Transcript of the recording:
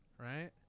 right